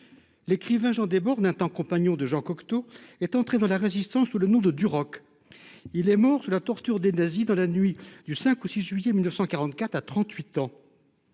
L’écrivain Jean Desbordes, qui fut un temps compagnon de Jean Cocteau, est entré dans la résistance sous le nom de Duroc. Il est mort sous la torture des nazis dans la nuit du 5 au 6 juillet 1944, à 38 ans.